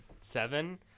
seven